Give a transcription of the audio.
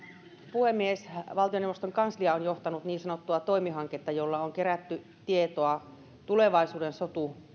puhemies valtioneuvoston kanslia on johtanut niin sanottua toimi hanketta jolla on kerätty tietoa tulevaisuuden